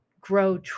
grow